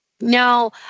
Now